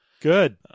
good